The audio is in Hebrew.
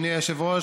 אדוני היושב-ראש,